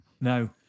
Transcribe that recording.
No